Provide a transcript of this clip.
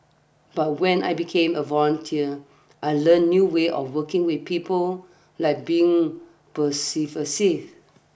but when I became a volunteer I learnt new way of working with people like being persuasive